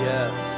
Yes